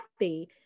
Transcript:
happy